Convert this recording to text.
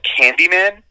Candyman